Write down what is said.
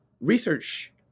research